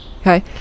okay